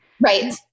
right